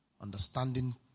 Understanding